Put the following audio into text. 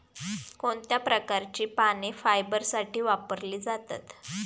कोणत्या प्रकारची पाने फायबरसाठी वापरली जातात?